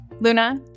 Luna